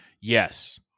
Yes